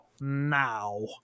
now